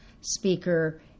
speaker